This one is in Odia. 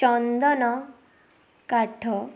ଚନ୍ଦନ କାଠ